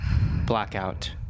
Blackout